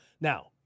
Now